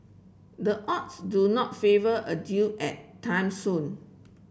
the odds do not favour a deal at time soon